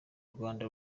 rwanda